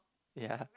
ya